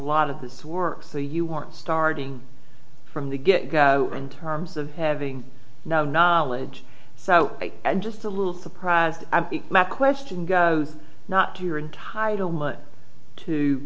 lot of this work so you weren't starting from the get go in terms of having no knowledge so i am just a little surprised that question goes not to you're entitled to